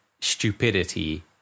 stupidity